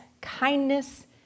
kindness